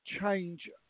change